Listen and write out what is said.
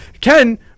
Ken